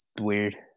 weird